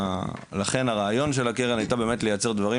לכן הרעיון של הקרן היה לייצר דברים